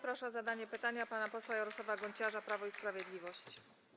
Proszę o zadanie pytania pana posła Jarosława Gonciarza, Prawo i Sprawiedliwość.